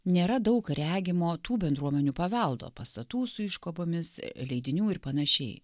nėra daug regimo tų bendruomenių paveldo pastatų su iškabomis leidinių ir panašiai